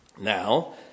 Now